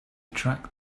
track